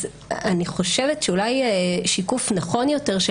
אז אני חושבת שאולי שיקוף נכון יותר של